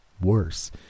worse